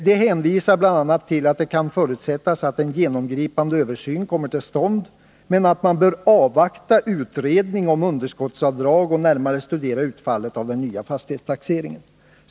Det hänvisar bl.a. till att det kan förutsättas att en genomgripande översyn kommer till stånd men att man bör avvakta utredning om underskottsavdrag och närmare studera utfallet av den nya fastighetstaxeringen.